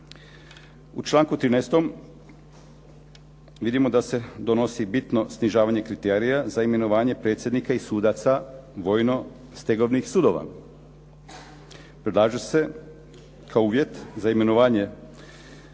U članku 13. vidimo da se donosi bitno snižavanje kriterija za imenovanje predsjednika i sudaca vojno stegovnih sudova. Predlažu se kao uvjet za imenovanje državni